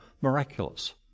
miraculous